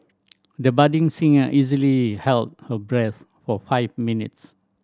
the budding singer easily held her breath for five minutes